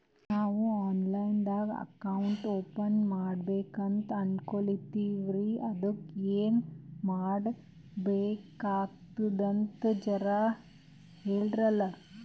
ನಾವು online ದಾಗ account open ಮಾಡ್ಲಕಂತ ಅನ್ಕೋಲತ್ತೀವ್ರಿ ಅದಕ್ಕ ಏನ ಮಾಡಬಕಾತದಂತ ಜರ ಹೇಳ್ರಲ?